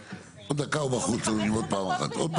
עוד דקה הוא בחוץ אני אם עוד פעם אחת,